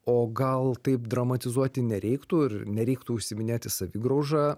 o gal taip dramatizuoti nereiktų ir nereiktų užsiiminėti savigrauža